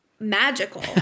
magical